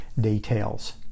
details